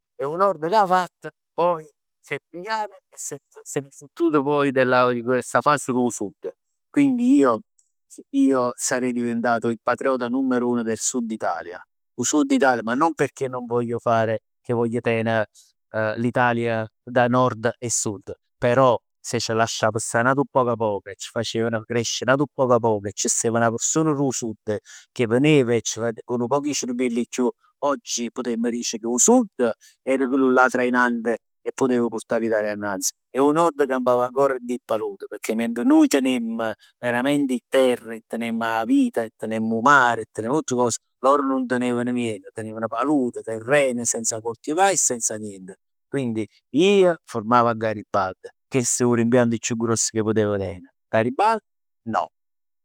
E 'o Nord che 'a fatt? Poi si è pigliat e s- s'è ne fottuto poi di sta fase dò Sud. Quindi io io sarei diventato il patrono numero uno del Sud Italia. 'O Sud Italia, ma non perchè voglio fare, che ten' l'Italia da Nord e Sud, però se c' lasciav sta n'atu poc e c' facevan crescere n'atu poc poc e c' stev 'na persona dò Sud che venev e cu 'nu poc 'e cerviell 'e chiù, oggi putemm dicere che 'o Sud era chillullà trainante e che purtav l'Italia annanz. E 'o Nord campav ancora dint 'e paludi. Pecchè mentre nuje tenemm veramente 'e terre, tenemm 'a vita, tenemm 'o mare, tenemm tutt cos. Loro nun teneven niente. Teneven palude, terren, senza coltivà e senza niente. Quindi io fermavo a Garibaldi, chest' è 'o rimpianto chiù gruoss ca putev ten. Garibaldi no.